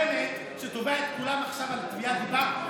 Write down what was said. ההוא, בנט, שתובע את כולם עכשיו בתביעת דיבה.